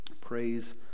Praise